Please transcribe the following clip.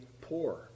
poor